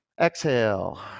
Exhale